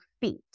feet